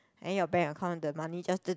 then your bank account the money just